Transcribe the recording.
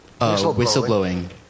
Whistleblowing